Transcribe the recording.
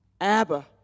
Abba